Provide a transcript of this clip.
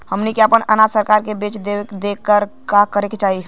हमनी के आपन अनाज सरकार के बेचे बदे का करे के चाही?